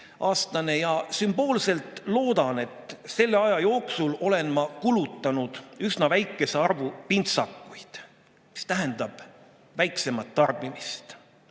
Sümboolselt loodan, et selle aja jooksul olen ma kulutanud üsna väikese arvu pintsakuid, mis tähendab väiksemat tarbimist.